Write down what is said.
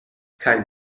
kein